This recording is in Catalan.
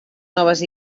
noves